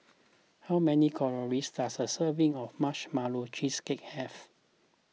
how many calories does a serving of Marshmallow Cheesecake have